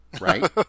Right